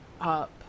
up